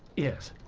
yes.